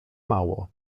mało